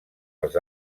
als